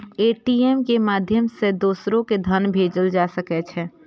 ATM के माध्यम सं दोसरो कें धन भेजल जा सकै छै